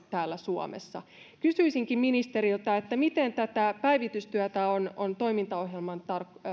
täällä suomessa kysyisinkin ministeriltä miten tätä päivitystyötä on on toimintaohjelman